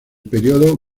período